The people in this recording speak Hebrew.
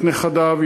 את נכדיו,